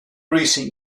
recent